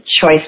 choice